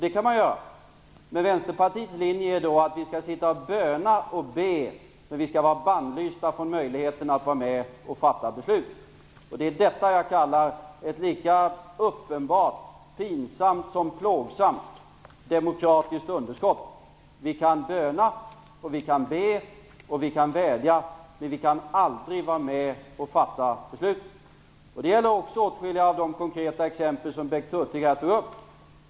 Det kan man ju göra, men Vänsterpartiets linje är att vi skall böna och be men att vi skall vara bannlysta från möjligheterna att få vara med och fatta beslut. Det är detta som jag kallar ett lika uppenbart pinsamt som plågsamt demokratiskt underskott. Vi kan böna och be och vi kan vädja, men vi kan aldrig vara med och fatta beslut. Detta gäller också åtskilliga av de konkreta exempel som Bengt Hurtig här tog upp.